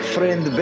Friend